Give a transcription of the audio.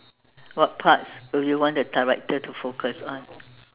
what parts would you want the director to focus on